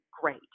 great